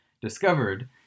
discovered